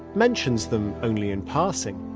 mentions them only in passing.